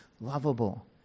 lovable